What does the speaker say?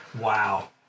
Wow